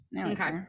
Okay